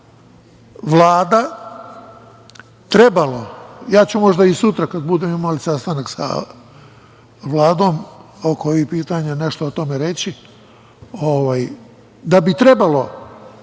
bi Vlada trebalo, ja ću možda i sutra kada budemo imali sastanak sa Vladom oko ovih pitanja nešto o tome reći, kao što